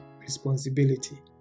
responsibility